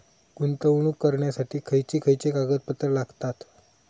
गुंतवणूक करण्यासाठी खयची खयची कागदपत्रा लागतात?